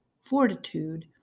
Fortitude